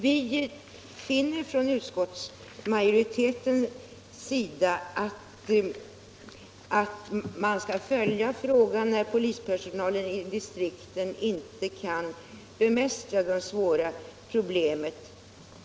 Vi utgår från utskottsmajoritetens sida att man skall följa frågan om förstärkningar i de distrikt där polispersonalen inte kan bemästra det svåra problemet.